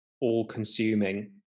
all-consuming